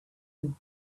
and